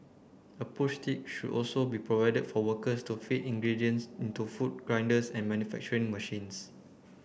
a push tick should also be provided for workers to feed ingredients into food grinders and manufacturing machines